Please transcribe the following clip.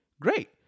Great